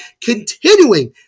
continuing